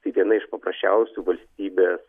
tai viena iš paprasčiausių valstybės